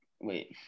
Wait